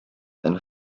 and